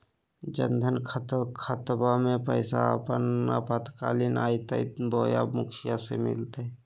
जन धन खाताबा में पैसबा अपने आपातकालीन आयते बोया मुखिया से मिलते?